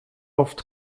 oft